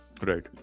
Right